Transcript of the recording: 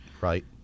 Right